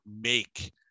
make